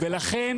ולכן,